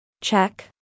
Check